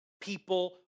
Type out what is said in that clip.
people